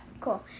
Cool